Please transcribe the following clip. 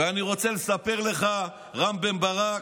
ואני רוצה לספר לך, רם בן ברק: